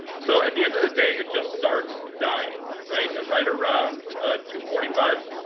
so at the end of the day, it just starts dying, right right around two forty five